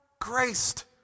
graced